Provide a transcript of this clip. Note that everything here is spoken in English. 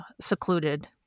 secluded